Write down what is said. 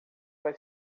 vai